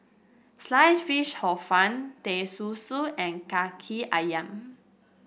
Sliced Fish Hor Fun Teh Susu and kaki ayam